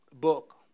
book